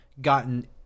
gotten